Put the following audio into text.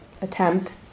attempt